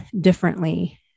differently